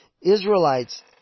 Israelites